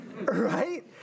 right